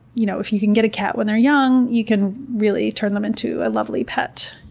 you know if you can get a cat when they're young you can really turn them into a lovely pet.